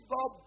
God